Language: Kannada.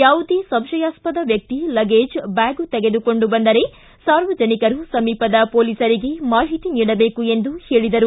ಯಾವುದೇ ಸಂಶಯಾಸ್ವದ ವ್ಯಕ್ತಿ ಲಗ್ಗೇಜು ಬ್ಯಾಗ್ ತೆಗೆದುಕೊಂಡು ಬಂದರೆ ಸಾರ್ವಜನಿಕರು ಸಮೀಪದ ಪೊಲೀಸರಿಗೆ ಮಾಹಿತಿ ನೀಡಬೇಕು ಎಂದು ಹೇಳಿದರು